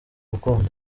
urukundo